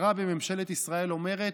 שרה בממשלת ישראל אומרת: